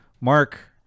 Mark